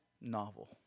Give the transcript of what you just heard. novel